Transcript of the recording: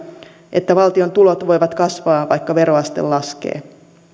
että valtion tulot voivat kasvaa vaikka veroaste laskee